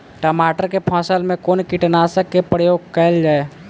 टमाटर केँ फसल मे कुन कीटनासक केँ प्रयोग कैल जाय?